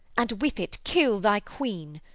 and with it kill thy queen,